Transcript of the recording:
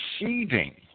receiving